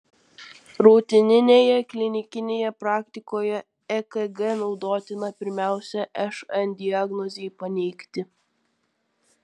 rutininėje klinikinėje praktikoje ekg naudotina pirmiausia šn diagnozei paneigti